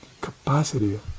capacity